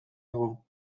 dago